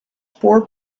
four